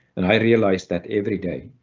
and i realize that every day,